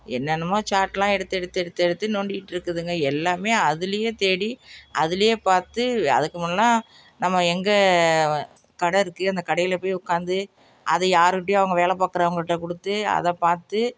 என்னென்னாமோ சேடெலாம் எடுத்து எடுத்து எடுத்து எடுத்து நோண்டிகிட்ருக்குதுங்க எல்லாமே அதுலேயே தேடி அதுலேயே பார்த்து அதுக்கு முன்னெல்லாம் நம்ம எங்கே கடை இருக்குது அந்த கடையில் போய் உட்காந்து அதை யாருகிட்டயோ அவங்க வேலை பார்க்கறவுங்கள்ட்ட கொடுத்து அதை பார்த்து